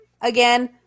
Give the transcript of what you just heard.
again